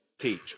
teach